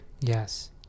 Yes